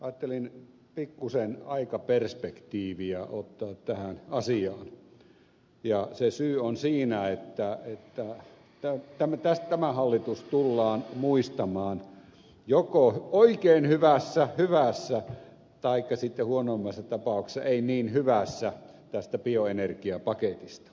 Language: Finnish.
ajattelin pikkuisen aikaperspektiiviä ottaa tähän asiaan ja se syy on siinä että tämä hallitus tullaan muistamaan joko oikein hyvässä hyvässä taikka sitten huonoimmassa tapauksessa ei niin hyvässä tästä bioenergiapaketista